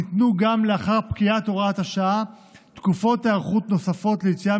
ניתנו גם לאחר פקיעת הוראת השעה תקופות היערכות נוספות ליציאה